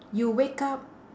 you wake up